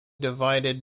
divided